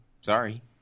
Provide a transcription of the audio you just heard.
Sorry